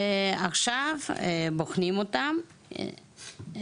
עכשיו בוחנים אותם,